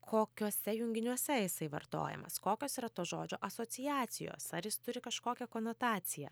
kokiuose junginiuose jisai vartojamas kokios yra to žodžio asociacijos ar jis turi kažkokią konotaciją